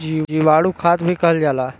जीवाणु खाद भी कहल जाला